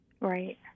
Right